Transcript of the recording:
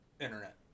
internet